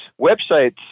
websites